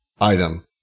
item